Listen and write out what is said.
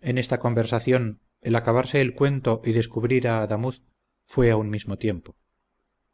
en esta conversación el acabarse el cuento y descubrir a adamuz fue a un mismo tiempo